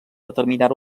determinar